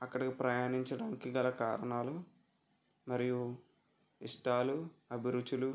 అక్కడికి ప్రయాణించడానికి గల కారణాలు మరియు ఇష్టాలు అభిరుచులు